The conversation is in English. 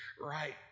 right